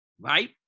right